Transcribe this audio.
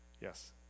Yes